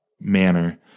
manner